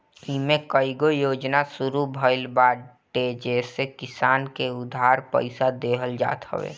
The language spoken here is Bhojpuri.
इमे कईगो योजना शुरू भइल बाटे जेसे किसान के उधार पईसा देहल जात हवे